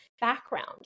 background